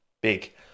Big